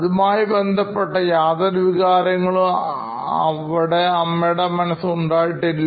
അതുമായി ബന്ധപ്പെട്ട യാതൊരു വികാരങ്ങളും അവിടെ മനസ്സിൽ ഉണ്ടായിട്ടില്ല